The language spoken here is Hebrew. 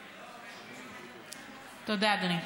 תודה, אדוני.